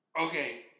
Okay